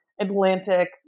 Atlantic